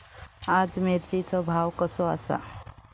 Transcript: आज मिरचेचो भाव कसो आसा?